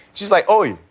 she's like, oh,